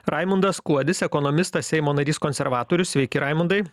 raimundas kuodis ekonomistas seimo narys konservatorius sveiki raimundai